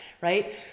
right